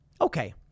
Okay